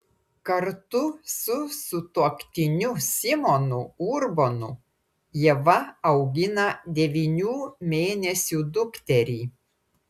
kartu su sutuoktiniu simonu urbonu ieva augina devynių mėnesių dukterį